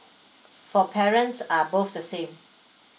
for parents are both the same